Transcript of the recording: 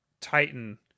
Titan